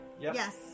Yes